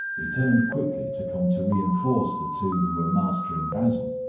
he turned quickly to come to reinforce the two who were mastering basil.